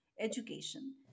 education